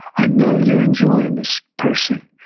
i know you're enjoying this person,